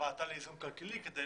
והבאתה לאיזון כלכלי כדי